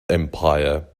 empire